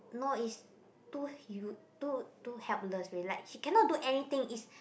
no is too too too helpless already like he cannot anything is